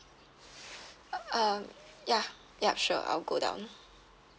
um ya yup sure I'll go down